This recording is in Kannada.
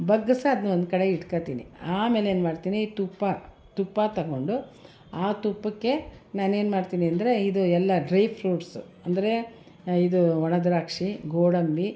ಬಗ್ಗಿ ಅದ್ನ ಒಂದು ಕಡೆ ಇಟ್ಕೊಳ್ತೀನಿ ಆಮೇಲೆ ಏನ್ಮಾಡ್ತೀನಿ ತುಪ್ಪ ತುಪ್ಪ ತೊಗೊಂಡು ಆ ತುಪ್ಪಕ್ಕೆ ನಾನೇನು ಮಾಡ್ತೀನಿ ಅಂದರೆ ಇದು ಎಲ್ಲ ಡ್ರೈ ಫ್ರುಟ್ಸು ಅಂದರೆ ಇದು ಒಣದ್ರಾಕ್ಷಿ ಗೋಡಂಬಿ